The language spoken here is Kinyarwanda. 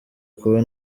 kuba